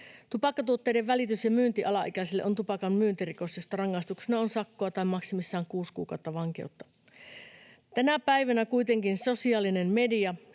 Tupakkatuotteiden välitys ja myynti alaikäisille on tupakan myyntirikos, josta rangaistuksena on sakkoa tai maksimissaan kuusi kuukautta vankeutta. Tänä päivänä kuitenkin sosiaalinen media